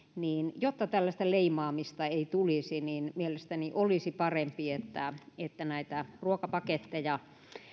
niin jotta tällaista leimaamista ei tulisi niin mielestäni olisi parempi että näitä ruokapaketteja